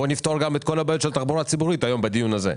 בוא נפתור את כל הבעיות של התחבורה הציבורית היום בדיון הזה.